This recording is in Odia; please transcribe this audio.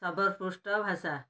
ସବରପୃଷ୍ଟ ଭାଷା